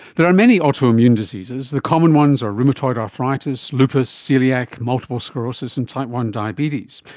there are many autoimmune diseases. the common ones are rheumatoid arthritis, lupus coeliac, multiple sclerosis and type one diabetes.